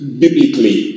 biblically